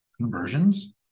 conversions